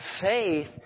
Faith